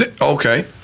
Okay